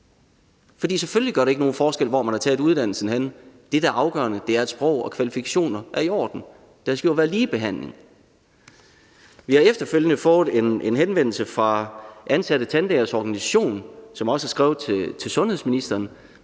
For selvfølgelig gør det ikke nogen forskel, hvor man har taget uddannelsen. Det, der er afgørende, er, at sprog og kvalifikationer er i orden. Der skal jo være ligebehandling. Vi har efterfølgende fået en henvendelse fra Ansatte Tandlægers Organisation, som også har skrevet til sundhedsministeren.